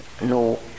no